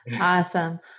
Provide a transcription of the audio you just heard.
Awesome